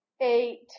eight